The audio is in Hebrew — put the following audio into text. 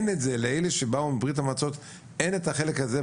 לאלה שבאו מברית המועצות לשעבר אין את החלק הזה,